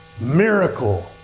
miracle